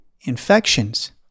infections